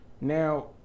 Now